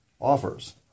offers